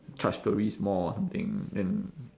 charge tourists more or something then